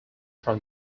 from